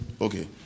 okay